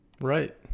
Right